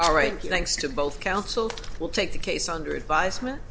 all right thanks to both counsel will take the case under advisement